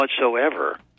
whatsoever